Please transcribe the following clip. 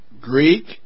Greek